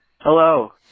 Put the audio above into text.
Hello